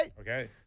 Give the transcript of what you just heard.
Okay